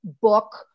book